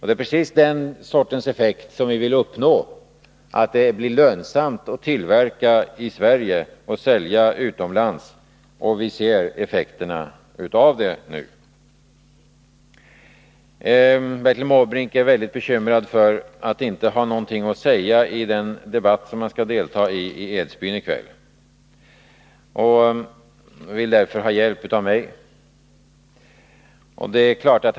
Det är precis den sortens effekt som vi vill uppnå, att det blir lönsamt att tillverka i Sverige och sälja utomlands, och vi ser den effekten nu. Bertil Måbrink är väldigt bekymrad för att inte ha någonting att säga när hani kväll skall delta i en debatt i Edsbyn, och därför vill han ha hjälp av mig.